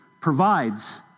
provides